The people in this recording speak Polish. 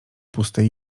pustej